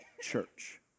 church